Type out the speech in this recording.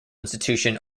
institution